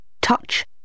Touch